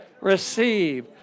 receive